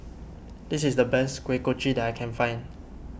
this is the best Kuih Kochi that I can find